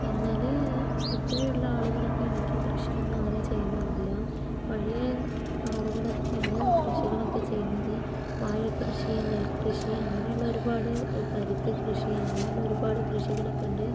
എന്നാൽ ഇപ്പോഴുള്ള ആളുകളൊക്കെയാണെങ്കിൽ കൃഷിയൊന്നും അങ്ങനെ ചെയ്യുന്നില്ല പഴയ ആളുകളൊക്കെയാണ് കൃഷികളൊക്കെ ചെയ്യുന്നത് വാഴ കൃഷി നെൽകൃഷി അങ്ങനെയുള്ള ഒരുപാട് പരുത്തി കൃഷി അങ്ങനെയുള്ള ഒരുപാട് കൃഷികളൊക്കെ ഉണ്ട്